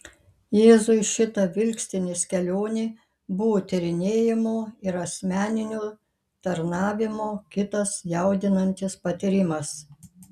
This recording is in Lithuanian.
jėzui šita vilkstinės kelionė buvo tyrinėjimo ir asmeninio tarnavimo kitas jaudinantis patyrimas